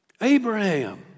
Abraham